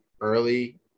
early